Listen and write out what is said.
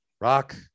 rock